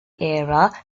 era